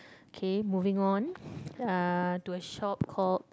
okay moving uh to a shop called